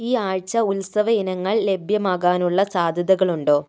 ഈ ആഴ്ച ഉത്സവ ഇനങ്ങൾ ലഭ്യമാകാനുള്ള സാധ്യതകളുണ്ടോ